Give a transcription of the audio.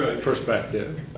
perspective